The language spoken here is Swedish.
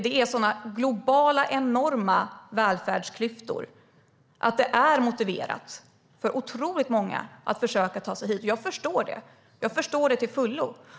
Det finns sådana enorma globala välfärdsklyftor att det är motiverat för otroligt många att försöka ta sig hit. Jag förstår det till fullo.